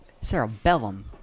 cerebellum